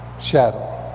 shadow